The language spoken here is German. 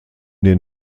den